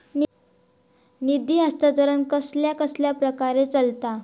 निधी हस्तांतरण कसल्या कसल्या प्रकारे चलता?